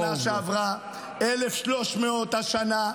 2,300 בשנה שעברה, 1,300 השנה.